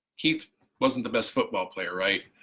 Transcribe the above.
keith wasn't the best football player, right?